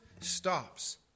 stops